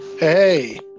Hey